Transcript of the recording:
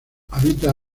habita